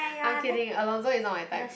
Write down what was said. I'm kidding Alonso is not my type